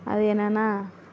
அது என்னென்னால்